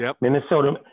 Minnesota